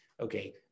okay